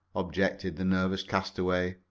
objected the nervous castaway.